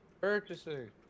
Purchasing